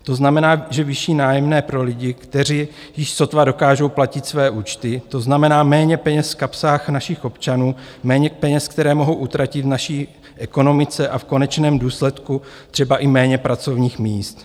To znamená vyšší nájemné pro lidi, kteří již sotva dokážou platit své účty, to znamená méně peněz v kapsách našich občanů, méně peněz, které mohou utratit v naší ekonomice, a v konečném důsledku třeba i méně pracovních míst.